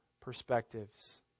perspectives